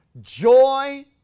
Joy